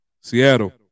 Seattle